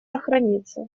сохранится